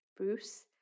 Bruce